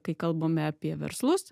kai kalbame apie verslus